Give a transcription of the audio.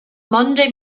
monday